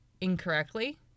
incorrectly